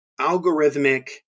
algorithmic